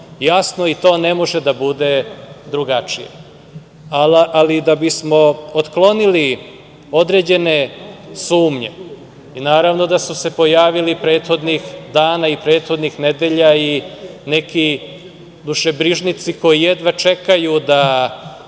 jasno i to ne može da bude drugačije, ali da bismo otklonili određene sumnje, naravno da su se pojavili prethodnih dana i prethodnih nedelja neki dušebrižnici koji jedva čekaju da